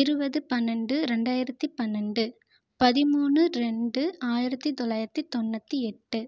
இருபது பன்னினண்டு இரண்டாயிரத்தி பன்னினண்டு பதிமூன்று இரண்டு ஆயிரத்தி தொளாயிரத்தி தொண்ணூற்றி எட்டு